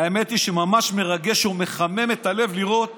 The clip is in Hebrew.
האמת היא שממש מרגש ומחמם את הלב לראות